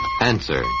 Answer